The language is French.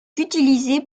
utilisés